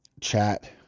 chat